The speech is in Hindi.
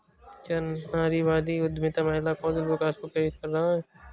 क्या नारीवादी उद्यमिता महिला कौशल विकास को प्रेरित कर रहा है?